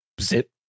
zip